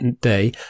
day